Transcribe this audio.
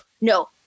No